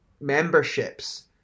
memberships